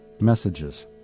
messages